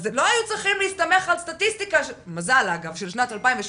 אז לא היו צריכים להסתמך על סטטיסטיקה מזל של שנת 2017,